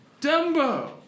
Dumbo